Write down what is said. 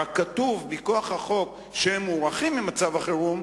ורק כתוב מכוח החוק שהם מוארכים עקב מצב החירום,